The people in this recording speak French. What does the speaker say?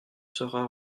sera